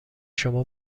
شما